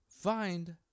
find